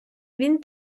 він